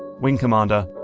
wing commander,